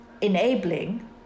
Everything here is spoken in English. enabling